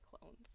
clones